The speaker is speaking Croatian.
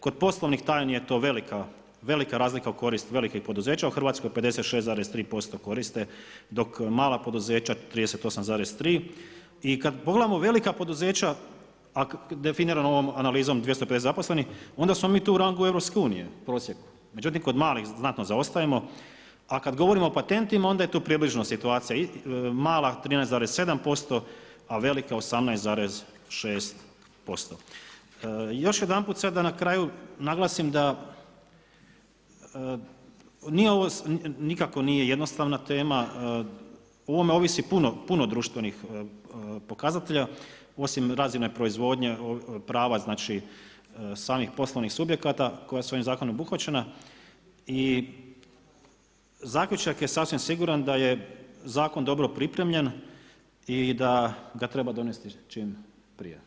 Kod poslovnih tajni je to velika razlika u korist velikih poduzeća, u Hrvatskoj 56,3% koriste, dok mala poduzeća 38,3 i kad pogledamo velika poduzeća, a definirano ovom analizom 250 zaposlenih, onda smo mi tu u rangu EU, prosjek, međutim kod malih znatno zaostajemo, a kad govorimo o patentima onda je tu približno situacija, mala 13,7%, a velika 18,6% Još jedanput sada da na kraju naglasim da nije ovo nikako jednostavna tema, u ovome ovisi puno društvenih pokazatelja, osim razine proizvodnje, prava samih poslovnik subjekata koja su ovim zakonom obuhvaćena i zaključak je sasvim siguran da je zakon dobro pripremljen i da ga treba donesti čim prije.